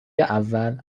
اول